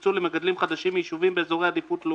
יוקצו למגדלים חדשים מיישובים באזור עדיפות לאומית,